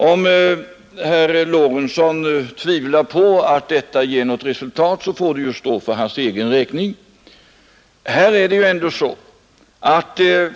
Om herr Lorentzon tvivlar på att detta ger något resultat, så får det ju stå för hans egen räkning.